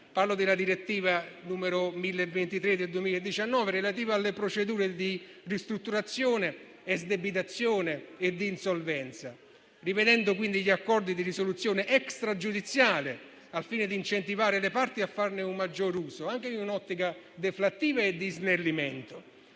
e del Consiglio europeo, relativa alle procedure di ristrutturazione, esdebitazione e insolvenza. Si devono quindi rivedere gli accordi di risoluzione extragiudiziale, al fine di incentivare le parti a farne un maggior uso, anche in un'ottica deflattiva e di snellimento,